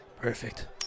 Perfect